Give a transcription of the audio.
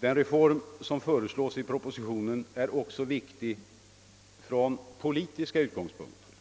Den reform som föreslås i propositionen är också viktig från politiska utgångspunkter.